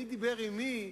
מי דיבר עם מי,